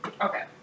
Okay